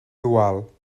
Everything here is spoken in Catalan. dual